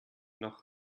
noch